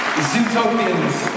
Zootopians